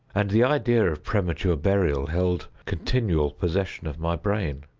and the idea of premature burial held continual possession of my brain.